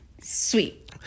Sweet